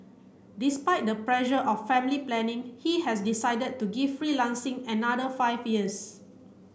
despite the pressure of family planning he has decided to give freelancing another five years